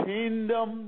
kingdom